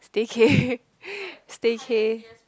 staycay staycay